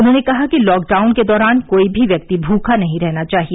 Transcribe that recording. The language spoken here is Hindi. उन्होंने कहा कि लॉकडाउन के दौरान कोई भी व्यक्ति भूखा नहीं रहना चाहिए